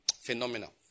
phenomenal